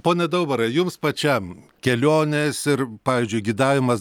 pone daubarai jums pačiam kelionės ir pavyzdžiui gidavimas